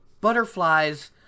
butterflies